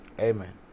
Amen